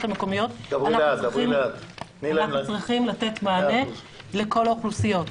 המקומיות אנחנו צריכים לתת מענה לכל האוכלוסיות.